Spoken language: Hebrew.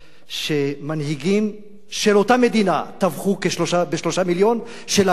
שמנהיגים של אותה מדינה טבחו ב-3 מיליון מהאנשים שלהם.